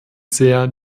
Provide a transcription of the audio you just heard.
sehr